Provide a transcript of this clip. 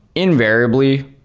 invariably,